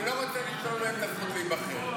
אני לא רוצה לשלול מהם את הזכות להיבחר.